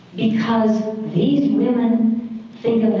because these women think